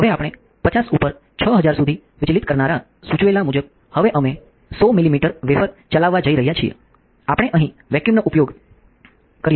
હવે આપણે 50 ઉપર 6000 સુધી વિચલિત કરનારા સૂચવેલા મુજબ હવે અમે 100 મિલિમીટર વેફર ચલાવવા જઈ રહ્યા છીએ આપણે અહીં વેક્યૂમ નો ઉપયોગ કરીએ છીએ